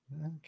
okay